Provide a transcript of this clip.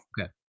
Okay